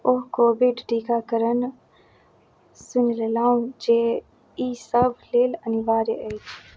ओह Covid टीकाकरण सुनि लेलहुँ जे ईसब लेल अनिवार्य अछि